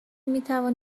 میتوان